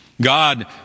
God